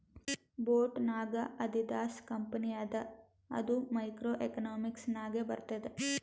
boat ನಾಗ್ Adidas company ಅದ ಅದು ಮೈಕ್ರೋ ಎಕನಾಮಿಕ್ಸ್ ನಾಗೆ ಬರ್ತುದ್